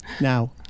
Now